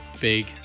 big